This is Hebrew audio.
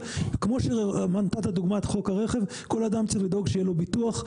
כמו שנתת לדוגמה את חוק הרכב כל אדם צריך לדאוג שיהיה לו ביטוח,